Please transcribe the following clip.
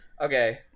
okay